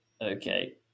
okay